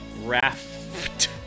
Raft